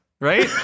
Right